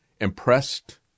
impressed